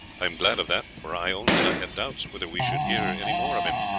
i am glad of that, for i own that i had doubts whether we should hear any more of him.